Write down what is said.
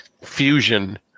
fusion